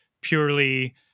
purely